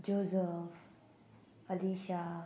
Joseph Alisha